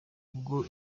ubwo